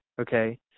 Okay